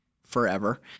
forever